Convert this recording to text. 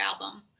album